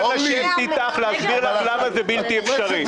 לשבת איתך ולהסביר לך למה זה בלתי-אפשרי.